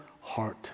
heart